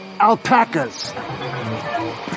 Alpacas